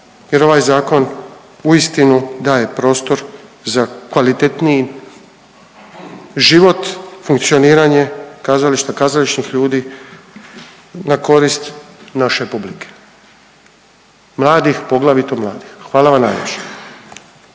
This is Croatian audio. jer ovaj zakon uistinu daje prostor za kvalitetniji život, funkcioniranje kazališta, kazališnih ljudi na korist naše publike mladih, poglavito mladih. Hvala vam najljepša.